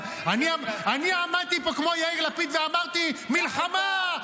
אני עמדתי פה כמו יאיר לפיד ואמרתי "מלחמה",